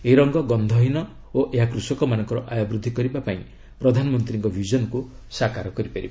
ଏହି ରଙ୍ଗ ଗନ୍ଧହୀନ ଓ ଏହା କୃଷକମାନଙ୍କର ଆୟ ବୃଦ୍ଧି କରିବା ପାଇଁ ପ୍ରଧାନମନ୍ତ୍ରୀଙ୍କ ଭିଜନକୁ ସାକାର କରିବ